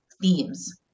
themes